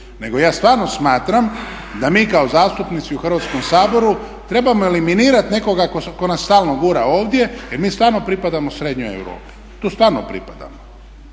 nego ja stvarno smatram da mi kao zastupnici u Hrvatskom saboru trebamo eliminirati nekoga tko nas stalno gura ovdje jer mi stvarno pripadamo srednjoj Europi, tu stvarno pripadamo